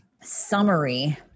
summary